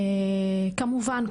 כמובן,